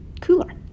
cooler